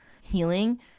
healing